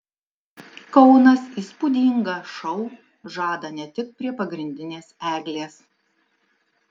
kaunas įspūdingą šou žada ne tik prie pagrindinės eglės